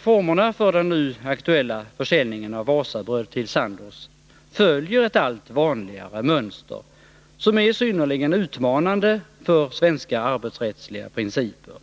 Formerna för den nu aktuella försäljningen av Wasabröd till Sandoz följer ett allt vanligare mönster som är synnerligen utmanande för svenska arbetsrättsliga principer.